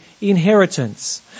inheritance